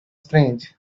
strange